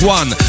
one